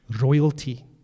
royalty